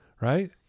Right